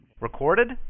Recorded